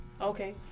okay